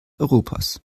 europas